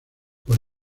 por